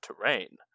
terrain